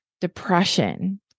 depression